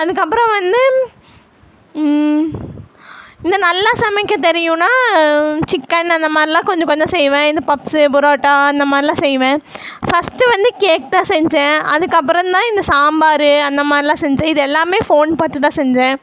அதுக்கப்புறம் வந்து இங்கே நல்லா சமைக்க தெரியும்னா சிக்கன் அந்த மாதிரிலாம் கொஞ்சம் கொஞ்சம் செய்வேன் இந்த பப்ஸு புரோட்டா இந்தமாதிரில்லாம் செய்வேன் ஃபர்ஸ்ட்டு வந்து கேக் தான் செஞ்சேன் அதுக்கு அப்புறந்தான் இந்த சாம்பார் அந்த மாதிரில்லாம் செஞ்சேன் இதெல்லாமே போன் பார்த்து தான் செஞ்சேன்